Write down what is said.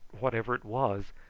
whatever it was,